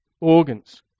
organs